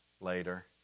later